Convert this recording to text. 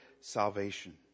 salvation